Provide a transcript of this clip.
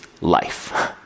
life